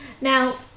Now